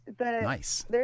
Nice